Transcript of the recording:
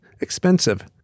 expensive